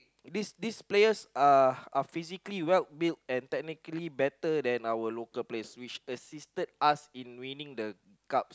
these these players are are physically well built and technically better than our local players which assisted us in winning the cup